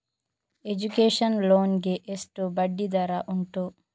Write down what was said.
Education loan ಗೆ ಎಷ್ಟು ಬಡ್ಡಿ ದರ ಉಂಟು?